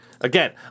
again